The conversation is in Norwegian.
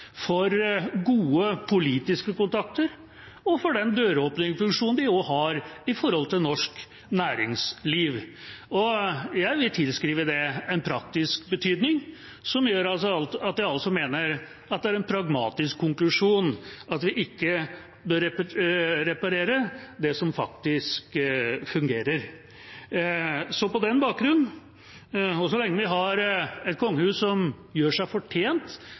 for å få gode politiske kontakter, og den døråpnerfunksjonen de har for norsk næringsliv. Jeg vil tilskrive det en praktisk betydning som gjør at jeg mener det er en pragmatisk konklusjon at vi ikke bør reparere det som faktisk fungerer. På den bakgrunn, og så lenge vi har et kongehus som gjør seg fortjent